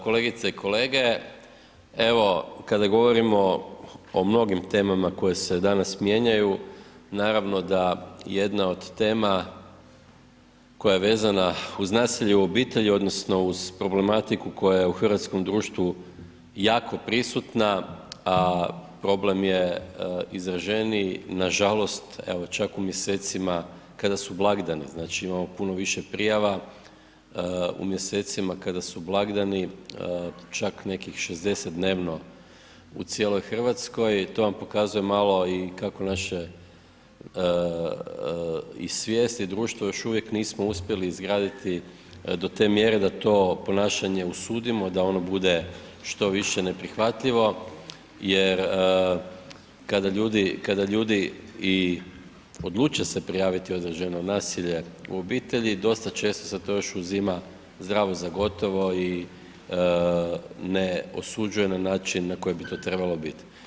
Kolegice i kolege, evo kada govorimo o mnogim temama koje se danas mijenjaju, naravno da jedna od tema koja je vezana uz nasilje u obitelji odnosno uz problematiku koja je u hrvatskom društvu jako prisutna a problem je izraženiji nažalost evo čak u mjesecima kada su blagdani, znači imamo puno više prijava u mjesecima kada su blagdani, čak nekih 60 dnevno u cijeloj Hrvatskoj, to vam pokazuje malo i kako naše i svijest i društvo još uvijek nismo uspjeli izgraditi do te mjere da to ponašanje osudimo, da ono bude što više neprihvatljivo jer kada ljudi i odluče se prijaviti određeno nasilje u obitelji, dosta često se to još uzima zdravo za gotovo i ne osuđuje na način na koji bi to trebalo biti.